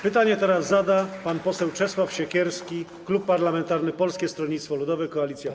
Pytanie teraz zada pan poseł Czesław Siekierski, klub parlamentarny Polskie Stronnictwo Ludowe - Koalicja Polska.